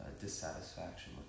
dissatisfaction